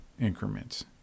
increments